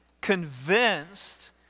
convinced